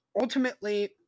ultimately